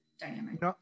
dynamic